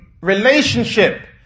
relationship